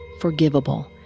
forgivable